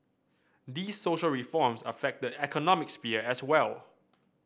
these social reforms affect the economic sphere as well